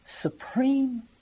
supreme